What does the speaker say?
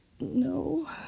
No